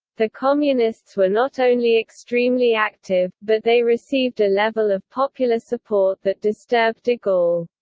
the communists were not only extremely active, but they received a level of popular support that disturbed de gaulle.